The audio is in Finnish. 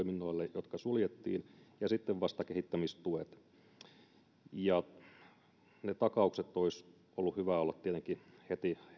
jotka suljettiin ja sitten vasta kehittämistuet ja ne takaukset olisi ollut hyvä olla tietenkin heti